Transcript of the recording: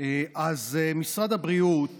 משרד הבריאות